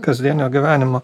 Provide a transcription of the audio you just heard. kasdienio gyvenimo